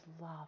love